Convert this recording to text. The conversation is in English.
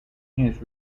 his